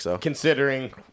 considering